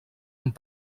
amb